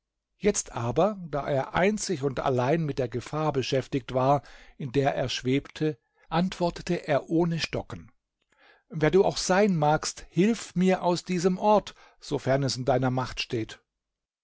jetzt aber da er einzig und allein mit der gefahr beschäftigt war in der er schwebte antwortete er ohne stocken wer du auch sein magst hilf mir aus diesem ort sofern es in deiner macht steht